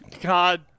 god